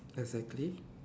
exactly